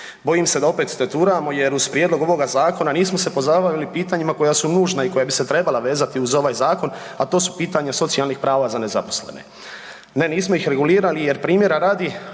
Bojim se da opet teturamo jer uz prijedlog ovoga zakona nismo se pozabavili pitanjima koja su nužna i koja bi se trebala vezati uz ovaj zakon, a to su pitanja socijalnih prava za nezaposlene. Ne nismo ih regulirali jer primjera radi